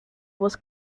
was